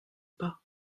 pas